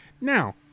Now